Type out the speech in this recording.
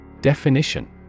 Definition